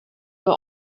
were